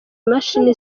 imashini